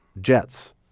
Jets